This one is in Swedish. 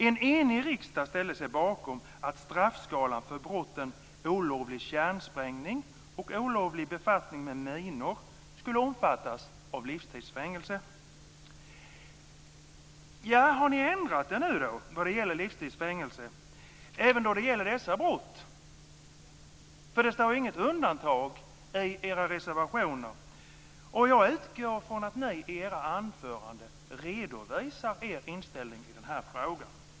En enig riksdag ställde sig bakom att straffskalan för brotten olovlig kärnsprängning och olovlig befattning med minor skulle omfattas av livstids fängelse. Har ni ändrat er nu när det gäller livstids fängelse även då det gäller dessa brott? Det står nämligen inte något undantag i era reservationer. Jag utgår från att ni i era anföranden redovisar er inställning i den här frågan.